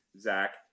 Zach